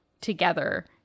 together